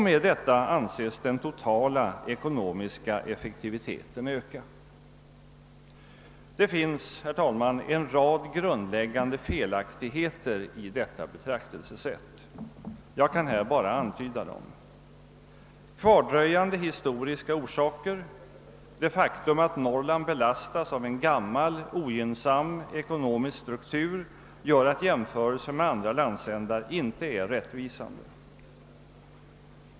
Med detta anses den totala ekonomiska effektiviteten öka. Det finns, herr talman, en rad grundläggande felaktigheter i detta betraktelsesätt. Jag kan här bara antyda dem. Kvardröjande historiska orsaker, det faktum att Norrland belastas av en gammal, ogynnsam ekonomisk struktur gör att jämförelsen med andra landsändar inte är rättvisande.